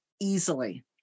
easily